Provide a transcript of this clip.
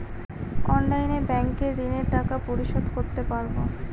অনলাইনে ব্যাংকের ঋণের টাকা পরিশোধ করতে পারবো?